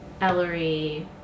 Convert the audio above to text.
Ellery